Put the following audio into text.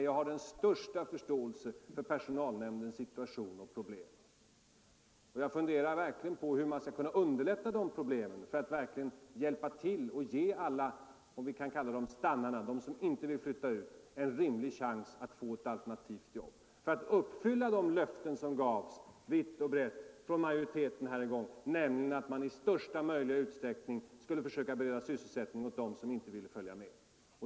Jag har den största förståelse för personalnämndens situation och problem, och jag funderar verkligen på hur man skall kunna underlätta de problemen för att hjälpa till att ge alla ”stannarna” — de som inte vill flytta ut — en rimlig chans att få ett alternativt jobb för att kunna uppfylla de löften som från majoriteten gavs vitt och brett här en gång, nämligen att man i största möjliga utsträckning skulle försöka bereda sysselsättning åt dem som inte ville följa med.